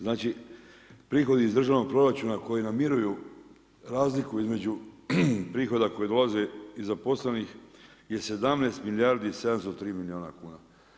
Znači prihodi iz državnog proračuna koji namiruju razliku između prihoda koji dolaze i zaposlenih je 17 milijardi i 703 milijuna kuna.